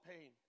pain